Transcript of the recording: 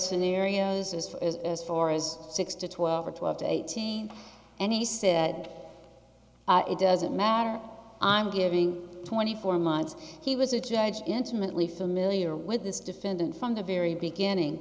scenarios just as far as six to twelve or twelve to eighteen and he said it doesn't matter i'm giving twenty four months he was a judge intimately familiar with this defendant from the very beginning